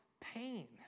pain